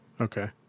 Okay